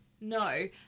No